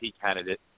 candidate